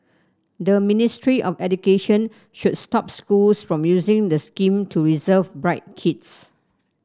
the Ministry of Education should stop schools from using the scheme to reserve bright kids